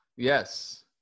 Yes